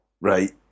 Right